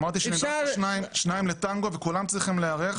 אמרתי שצריך שניים לטנגו וכולם צריכים להיערך.